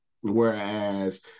whereas